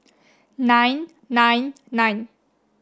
nine nine nine